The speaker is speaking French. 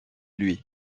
lui